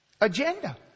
Agenda